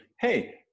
hey